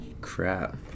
Crap